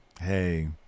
Hey